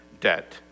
debt